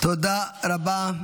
תודה רבה.